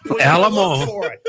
Alamo